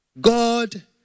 God